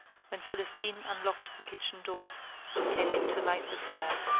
when celestine unlocked the kitchen door and came in to light the fire.